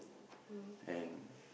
and